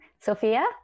sophia